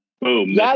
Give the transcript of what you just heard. boom